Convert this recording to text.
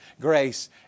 grace